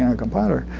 ah compiler.